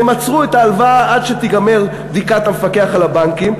והם עצרו את ההלוואה עד שתיגמר בדיקת המפקח על הבנקים.